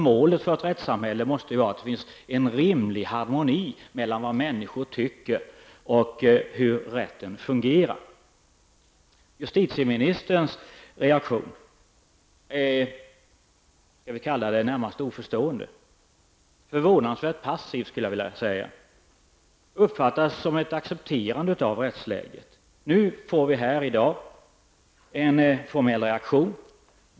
Målet för ett rättssamhälle måste ju vara att det finns en rimlig harmoni mellan vad människor tycker och hur rätten fungerar. Justitieministerns reaktion är väl närmast oförstående. Den är förvånansvärt passiv skulle jag vilja säga. Den uppfattas som ett accepterande av rättsläget. Nu får vi en formell reaktion här i dag.